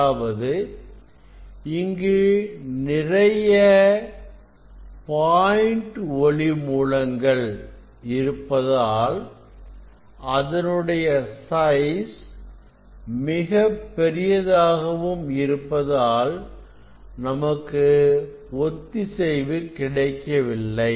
அதாவது இங்கு நிறைய பாயிண்ட் ஒளி மூலங்கள் இருப்பதால் அதனுடைய சைஸ் மிகப் பெரியதாகவும் இருப்பதால் நமக்கு ஒத்திசைவு கிடைக்கவில்லை